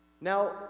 Now